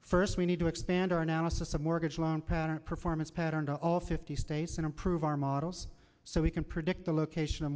first we need to expand our analysis of mortgage loan pattern performance pattern to all fifty states and improve our models so we can predict the location